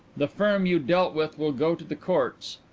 the firm you dealt with will go to the courts,